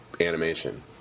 animation